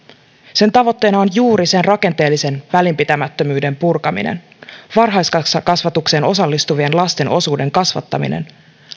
sen tavoitteena on juuri sen rakenteellisen välinpitämättömyyden purkaminen varhaiskasvatukseen osallistuvien lasten osuuden kasvattaminen